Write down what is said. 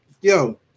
Yo